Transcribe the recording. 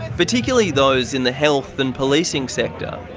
particularly those in the health and policing sector.